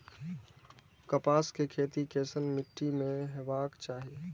कपास के खेती केसन मीट्टी में हेबाक चाही?